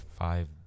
five